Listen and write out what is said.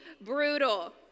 brutal